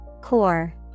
Core